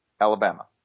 Alabama